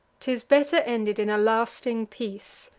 t is better ended in a lasting peace.